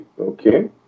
Okay